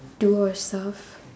do your stuff